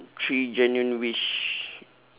three genuine wish